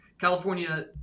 California